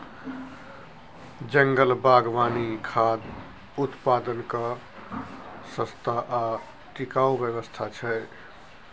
जंगल बागवानी खाद्य उत्पादनक सस्ता आ टिकाऊ व्यवस्था छै